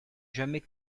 jamais